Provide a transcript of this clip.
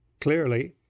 Clearly